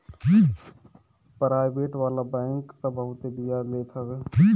private वाला bank तअ बहुते बियाज लेत हवे